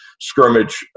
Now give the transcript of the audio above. scrimmage